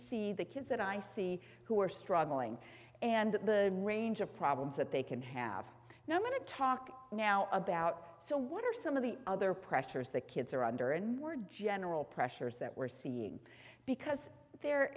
see the kids that i see who are struggling and the range of problems that they can have now i'm going to talk now about so what are some of the other pressures that kids are under and word general pressures that we're seeing because the